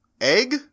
Egg